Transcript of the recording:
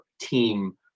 team